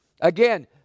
again